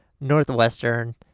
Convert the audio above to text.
Northwestern